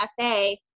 FA